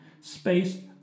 space